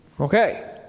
Okay